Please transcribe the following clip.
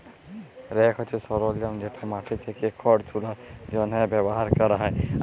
rake হছে সরলজাম যেট মাটি থ্যাকে খড় তুলার জ্যনহে ব্যাভার ক্যরা হ্যয়